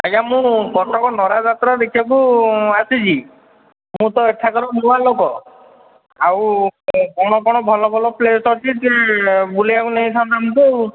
ଆଜ୍ଞା ମୁଁ କଟକ ନରାଜ ଯାତ୍ରା ଦେଖିଆକୁ ଆସିଛି ମୁଁ ତ ଏଠାକାର ନୂଆ ଲୋକ ଆଉ କ'ଣ ଭଲ ଭଲ ପ୍ଲେସ୍ ଅଛି ଟିକିଏ ବୁଲେଇଆକୁ ନେଇଥାନ୍ତ ଆମକୁ